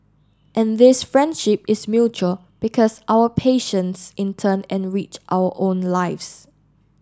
and this friendship is mutual because our patients in turn enrich our own lives